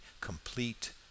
complete